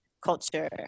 culture